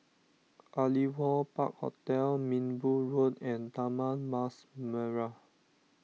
Aliwal Park Hotel Minbu Road and Taman Mas Merah